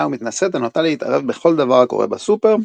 ומתנשאת הנוטה להתערב בכל דבר הקורה בסופר,